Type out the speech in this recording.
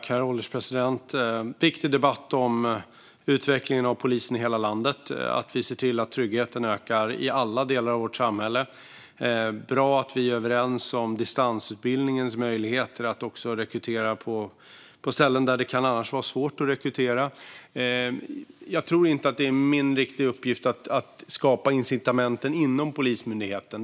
Herr ålderspresident! Detta är en viktig debatt om utvecklingen av polisen i hela landet. Det handlar om att vi ser till att tryggheten ökar i alla delar av vårt samhälle. Det är bra att vi är överens om distansutbildningens möjligheter när det gäller att rekrytera på ställen där det annars kan vara svårt att rekrytera. Jag tror inte att det riktigt är min uppgift att skapa incitamenten inom Polismyndigheten.